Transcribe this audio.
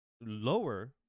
lower